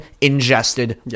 ingested